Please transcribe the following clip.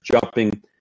jumping